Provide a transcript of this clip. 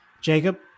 Jacob